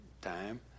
time